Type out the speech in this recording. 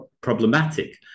problematic